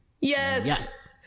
Yes